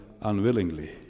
unwillingly